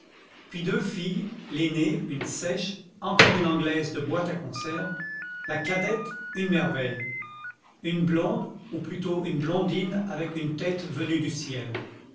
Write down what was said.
puis deux filles l'aînée une sèche encore une anglaise de boîte à conserve la cadette une merveille une blonde ou plutôt une blondine avec une tête venue du ciel